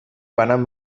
banan